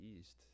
east